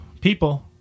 People